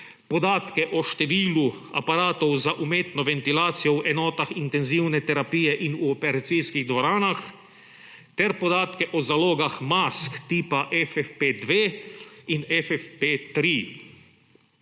podatek o številu aparatov za umetno ventilacijo v enotah intenzivne terapije in operacijskih dvoranah ter podatke o zalogah mask tipa FFP2 in FFP3.